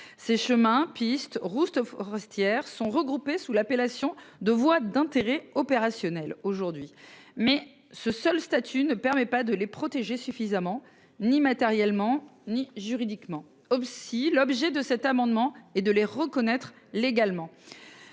Ces chemins piste route forestières sont regroupés sous l'appellation de voix d'intérêt opérationnel aujourd'hui mais ce seul statut ne permet pas de les protéger suffisamment ni matériellement ni juridiquement aussi l'objet de cet amendement et de les reconnaître légalement.